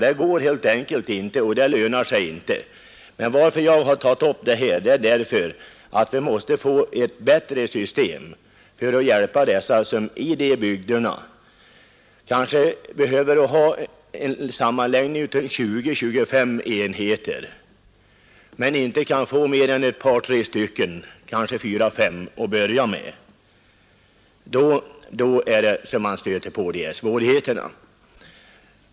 Det går helt enkelt inte, och det lönar sig inte heller. Anledningen till att jag tagit upp detta spörsmål är att vi mäste få ett bättre system i rationaliseringsbestämmelserna för att hjälpa jordbrukare i dessa bygder som kanske behöver en sammanläggning av 20-25 enheter men som inte kan få mer än ett par tre, kanske fyra fem att börja med. Det är da man stöter på svårigheterna.